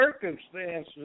circumstances